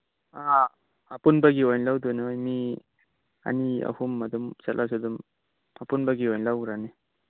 ꯑꯥ ꯑꯄꯨꯟꯕꯒꯤ ꯑꯣꯏꯅ ꯂꯧꯗꯣꯏꯅꯦ ꯃꯤ ꯑꯅꯤ ꯑꯍꯨꯝ ꯑꯗꯨꯝ ꯆꯠꯂꯁꯨ ꯑꯗꯨꯝ ꯑꯄꯨꯟꯕꯒꯤ ꯑꯣꯏꯅ ꯂꯧꯒ꯭ꯔꯅꯤ